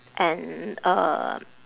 and uh